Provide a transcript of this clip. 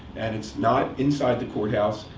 and it's not inside the courthouse.